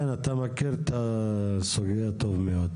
כן, אתה מכיר את הסוגיה טוב מאוד.